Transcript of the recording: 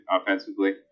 offensively